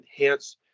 enhance